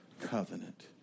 covenant